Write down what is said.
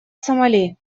сомали